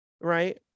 right